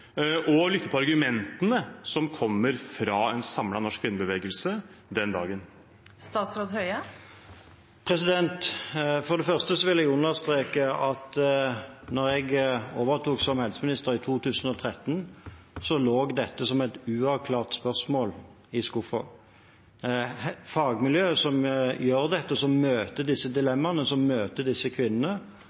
og å lytte på argumentene som kommer fra en samlet norsk kvinnebevegelse den dagen? For det første vil jeg understreke at da jeg overtok som helseminister i 2013, lå dette som et uavklart spørsmål i skuffen. Fagmiljøet som gjør dette, som møter disse dilemmaene, som møter disse kvinnene,